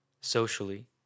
socially